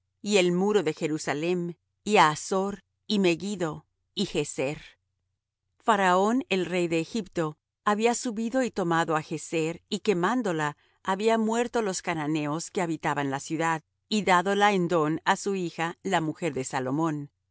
y el muro de jerusalem y á hasor y megiddo y gezer faraón el rey de egipto había subido y tomado á gezer y quemádola y había muerto los cananeos que habitaban la ciudad y dádola en don á su hija la mujer de salomón